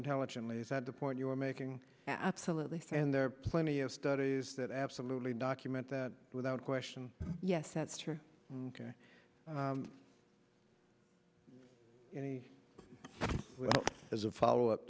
intelligently is that the point you are making absolutely and there are plenty of studies that absolutely document that without question yes that's true ok well as a follow up